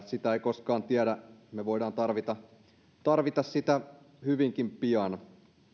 sitä ei koskaan tiedä me voimme tarvita tarvita sitä hyvinkin pian